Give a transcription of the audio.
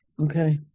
Okay